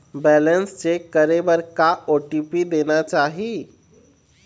Balance check करे बर का ओ.टी.पी देना चाही?